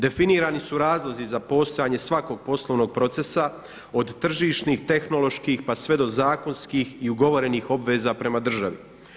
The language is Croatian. Definirani su razlozi za postojanje svakog poslovnog procesa od tržišnih, tehnoloških, pa sve do zakonskih i ugovorenih obveza prema državi.